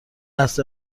است